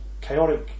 chaotic